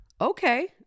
Okay